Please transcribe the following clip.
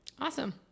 Awesome